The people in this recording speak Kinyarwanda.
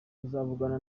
tuzavugana